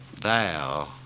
Thou